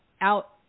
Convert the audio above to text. out